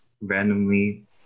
randomly